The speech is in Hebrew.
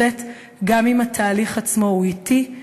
וגם אם התהליך עצמו הוא אטי,